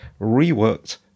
reworked